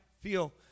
Feel